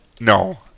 No